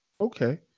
Okay